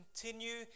continue